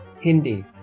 Hindi